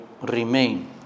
remain